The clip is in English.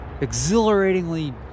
exhilaratingly